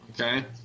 Okay